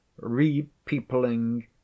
repeopling